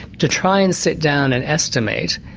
to try and sit down and estimate,